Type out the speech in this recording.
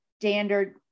standard